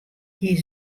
gie